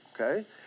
Okay